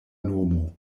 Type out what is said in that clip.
nomo